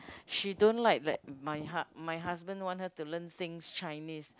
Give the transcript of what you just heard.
she don't like that my ha~ my husband want her to learn things Chinese